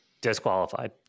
disqualified